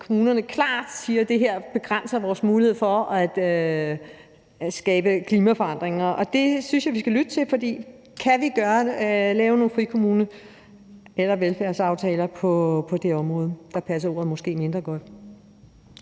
kommunerne klart siger begrænser deres mulighed for at skabe forandringer i forhold til klima, og det synes jeg vi skal lytte til. Kan vi lave nogle frikommune- eller velfærdsaftaler på det område? Og der passer ordet måske mindre godt.